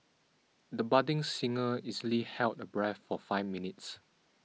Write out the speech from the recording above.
the budding singer easily held her breath for five minutes